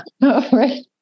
right